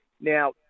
Now